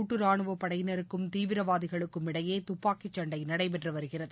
மாநிலம் ராணுவப்படையினருக்கும் தீவிரவாதிகளுக்குமிடையே துப்பாக்கி சண்டை நடைபெற்றுவருகிறது